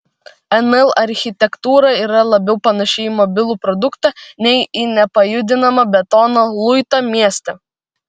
nl architektūra yra labiau panaši į mobilų produktą nei į nepajudinamą betono luitą mieste